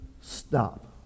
stop